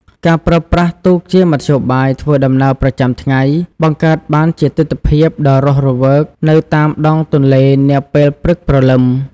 ការប្រើប្រាស់ទូកជាមធ្យោបាយធ្វើដំណើរប្រចាំថ្ងៃ បង្កើតបានជាទិដ្ឋភាពដ៏រស់រវើកនៅតាមដងទន្លេនាពេលព្រឹកព្រលឹម។